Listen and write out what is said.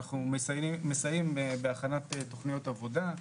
אנחנו מסייעים בהכנת תוכניות עבודה,